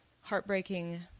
heartbreaking